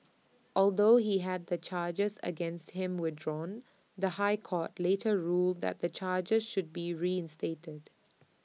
although he had the charges against him withdrawn the High Court later ruled that the charges should be reinstated